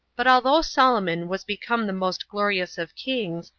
but although solomon was become the most glorious of kings,